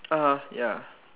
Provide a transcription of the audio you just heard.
(uh huh) ya